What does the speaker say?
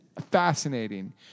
fascinating